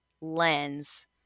lens